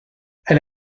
elle